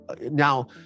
now